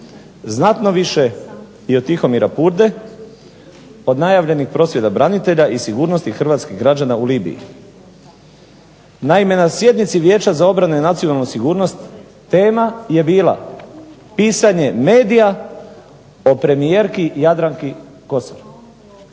znatno više i od Tihomira Purde, od najavljenih prosvjeda branitelja i sigurnosti hrvatskih građana u Libiji. Naime na sjednici Vijeća za obranu i nacionalnu sigurnost tema je bila pisanje medija o premijerki Jadranki Kosor.